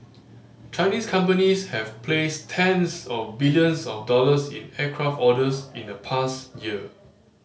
Chinese companies have placed tens of billions of dollars in aircraft orders in the past year